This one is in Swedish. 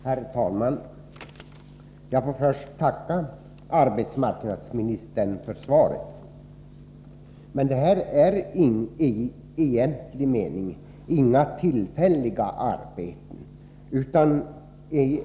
Herr talman! Jag får först tacka arbetsmarknadsministern för svaret. Det handlar egentligen inte om några tillfälliga arbeten.